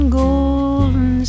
golden